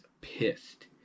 pissed